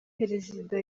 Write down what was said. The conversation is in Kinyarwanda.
perezida